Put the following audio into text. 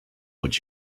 what